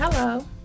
Hello